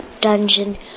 dungeon